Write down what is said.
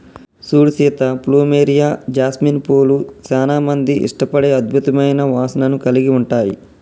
సూడు Sita plumeria, jasmine పూలు సానా మంది ఇష్టపడే అద్భుతమైన వాసనను కలిగి ఉంటాయి